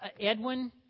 Edwin